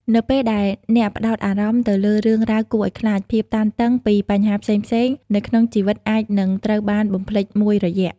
នៅពេលដែលអ្នកផ្តោតអារម្មណ៍ទៅលើរឿងរ៉ាវគួរឲ្យខ្លាច ភាពតានតឹងពីបញ្ហាផ្សេងៗនៅក្នុងជីវិតអាចនឹងត្រូវបានបំភ្លេចមួយរយៈ។